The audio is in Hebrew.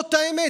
זאת האמת.